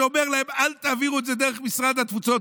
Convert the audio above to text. שאמר להם: אל תעבירו את זה דרך משרד התפוצות.